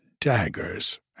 daggers